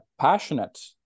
passionate